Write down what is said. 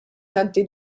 ngħaddi